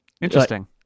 Interesting